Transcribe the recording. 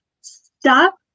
Stop